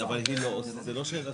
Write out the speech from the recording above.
קנה 4, יש כלל שהוא כלל ברזל,